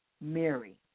Mary